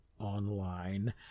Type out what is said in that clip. online